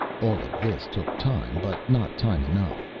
all of this took time, but not time enough.